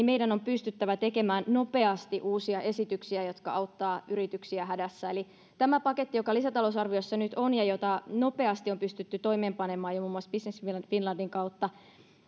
meidän on pystyttävä tekemään nopeasti uusia esityksiä jotka auttavat yrityksiä hädässä eli tämä paketti joka lisätalousarviossa nyt on ja jota nopeasti on pystytty toimeenpanemaan jo muun muassa business finlandin kautta